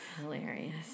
Hilarious